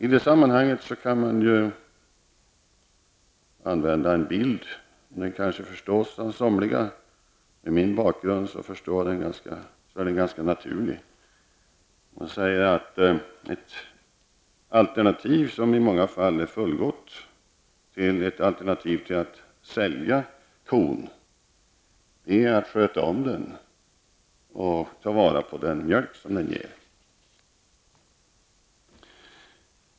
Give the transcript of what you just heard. I det sammanhanget kan man använda en bild -- den kanske förstås av somliga och för mig är den ganska naturlig. Man säger att ett alternativ som i många fall är fullgott till alternativet att sälja kon är att sköta om den och ta vara på den mjölk som den ger.